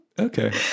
Okay